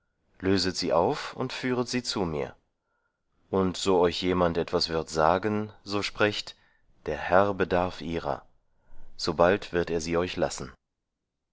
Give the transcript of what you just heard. löset sie auf und führet sie zu mir und so euch jemand etwas wird sagen so sprecht der herr bedarf ihrer sobald wird er sie euch lassen